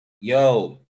Yo